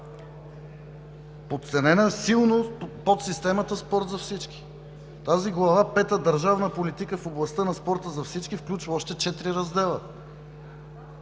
Подценена е силно подсистемата „Спорт за всички“. Тази Глава пета – „Държавна политика в областта на спорта за всички“ включва още четири раздела,